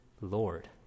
Lord